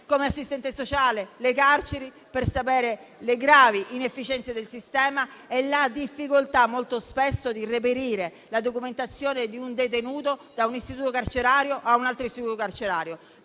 o assistente sociale, per conoscere le gravi inefficienze del sistema e la difficoltà molto spesso di reperire la documentazione di un detenuto da un istituto carcerario a un altro, di talché